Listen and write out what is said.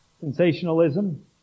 Sensationalism